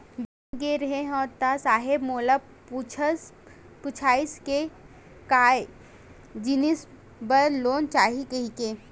Bank गे रेहे हंव ता साहेब मोला पूछिस पुछाइस के काय जिनिस बर लोन चाही कहिके?